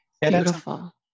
Beautiful